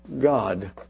God